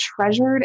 treasured